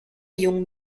jung